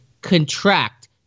contract